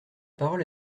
parole